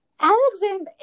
Alexander